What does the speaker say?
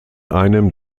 einem